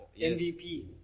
MVP